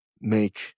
make